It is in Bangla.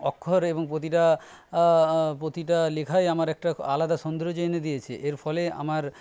অক্ষর এবং প্রতিটা প্রতিটা লেখায় আমার একটা আলাদা সৌন্দর্য এনে দিয়েছে এর ফলে আমার